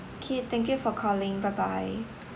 okay thank you for calling bye bye